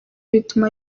bituma